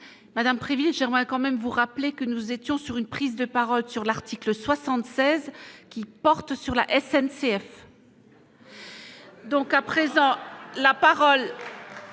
Madame privilège quand même vous rappeler que nous étions sur une prise de parole sur l'article 76 qui porte sur la SNCF. Donc à présent la parole,